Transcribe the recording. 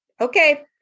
okay